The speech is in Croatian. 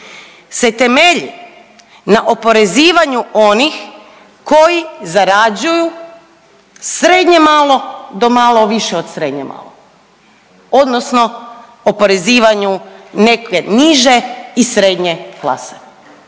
se temelji na oporezivanju onih koji zarađuju srednje malo, do malo više od srednje malo odnosno oporezivanju neke niže i srednje klase.